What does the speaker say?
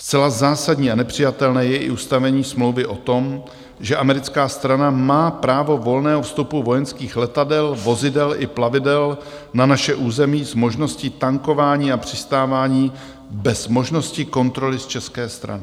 Zcela zásadní a nepřijatelné je i ustavení smlouvy o tom, že americká strana má právo volného vstupu vojenských letadel, vozidel i plavidel na naše území s možností tankování a přistávání bez možnosti kontroly z české strany.